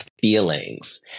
feelings